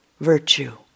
virtue